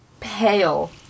pale